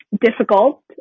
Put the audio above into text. difficult